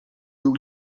był